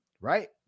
Right